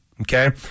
Okay